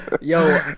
yo